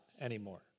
anymore